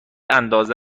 اندازه